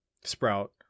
sprout